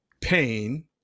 pain